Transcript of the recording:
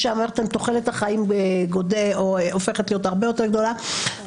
תוחלת החיים גדלה מאוד ויש לנו לא מעט אוכלוסייה כזאת עכשיו.